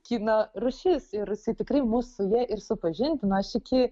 kino rūšis ir tikrai mus su ja ir supažindino aš iki